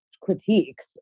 critiques